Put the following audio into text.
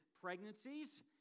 pregnancies